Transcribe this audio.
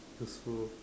useful